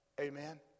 amen